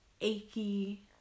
achy